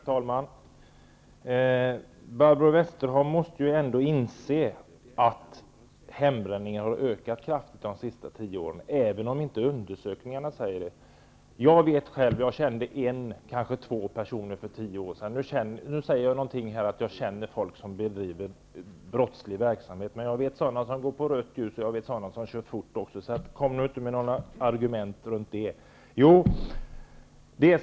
Herr talman! Barbro Westerholm måste ju ändå inse att hembränningen har ökat kraftigt under de senaste tio åren, även om inte undersökningarna säger det. Jag kände för tio år sedan en, kanske två personer som sysslade med detta. Nu säger jag här att jag känner folk som bedriver brottslig verksamhet, men jag känner också personer som går mot rött ljus och sådana som kör för fort, så kom nu inte med några argument runt det!